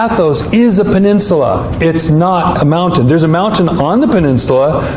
ah athos is a peninsula. it's not a mountain. there's a mountain on the peninsula,